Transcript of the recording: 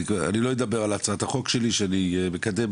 אני לא אדבר על הצעת החוק שלי שאני מקדם,